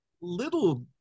little